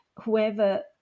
whoever